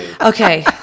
Okay